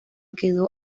quedó